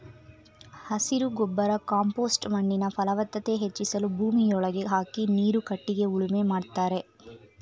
ಹಸಿರು ಗೊಬ್ಬರ ಕಾಂಪೋಸ್ಟ್ ಮಣ್ಣಿನ ಫಲವತ್ತತೆ ಹೆಚ್ಚಿಸಲು ಭೂಮಿಯೊಳಗೆ ಹಾಕಿ ನೀರು ಕಟ್ಟಿಗೆ ಉಳುಮೆ ಮಾಡ್ತರೆ